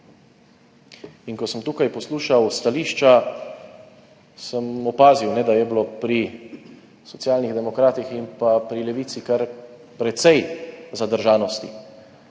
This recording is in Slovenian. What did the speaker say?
Ko sem tukaj poslušal stališča, sem opazil, da je bilo pri Socialnih demokratih in pri Levici kar precej zadržanosti,